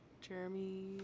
Jeremy